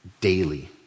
Daily